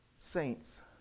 saints